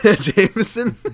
jameson